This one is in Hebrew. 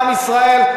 עם ישראל,